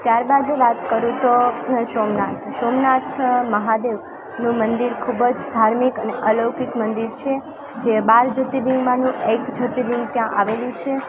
ત્યારબાદ હું વાત કરું તો સોમનાથ સોમનાથ મહાદેવનું મંદિર ખૂબ જ ધાર્મિક અને અલૌકિક મંદિર છે જે બાર જ્યોતિર્લિંગમાંનું એક જ્યોતિર્લિંગ ત્યાં આવેલું છે